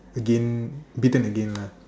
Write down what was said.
again bitten again lah